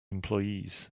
employees